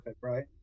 right